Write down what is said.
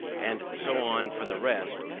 and so on for the rest,